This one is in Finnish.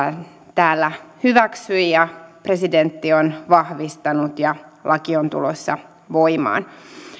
täällä hyväksyi ja presidentti on vahvistanut ja laki on tulossa voimaan